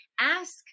ask